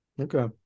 Okay